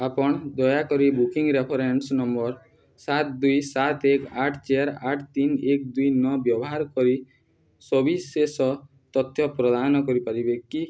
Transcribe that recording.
ଆପଣ ଦୟାକରି booking reference number ସାତ ଦୁଇ ସାତ ଏକ ଆଠ ଚାରି ଆଠ ତିନି ଏକ ଦୁଇ ନଅ ବ୍ୟବହାର କରି ସବିଶେଷ ତଥ୍ୟ ପ୍ରଦାନ କରିପାରିବେ କି